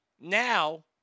Now